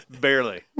Barely